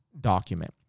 document